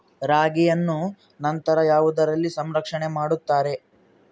ರಾಗಿಯನ್ನು ನಂತರ ಯಾವುದರಲ್ಲಿ ಸಂರಕ್ಷಣೆ ಮಾಡುತ್ತಾರೆ?